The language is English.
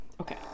Okay